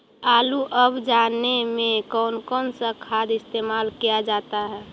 आलू अब जाने में कौन कौन सा खाद इस्तेमाल क्या जाता है?